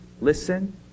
Listen